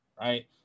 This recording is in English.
right